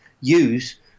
use